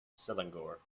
selangor